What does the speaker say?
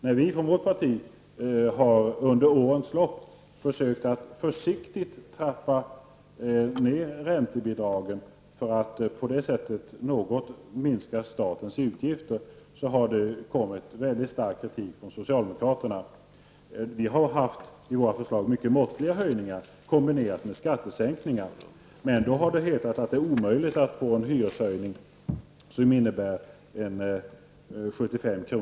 När vi från vårt parti under årens lopp har försökt att försiktigt trappa ned räntebidragen för att på så sätt något minska statens utgifter, har det mötts av mycket stark kritik från socialdemokraterna. I våra förslag har vi haft mycket måttliga höjningar kombinerat med skattesänkningar. Det har då hetat att det är omöjligt med en hyreshöjning på 75 kr.